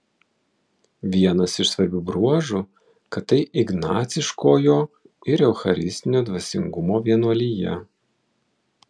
vienas iš svarbių bruožų kad tai ignaciškojo ir eucharistinio dvasingumo vienuolija